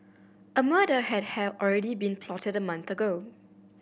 a murder had have already been plotted a month ago